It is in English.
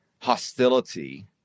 hostility